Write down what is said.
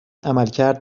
عملکرد